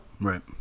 Right